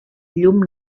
llum